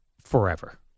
Forever